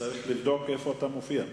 צריך לבדוק איפה אתה מופיע.